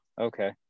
Okay